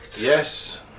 Yes